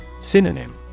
Synonym